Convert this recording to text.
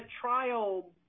trial